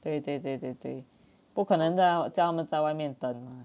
对对对对对不可能叫叫他们在外面等吗